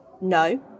no